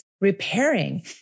repairing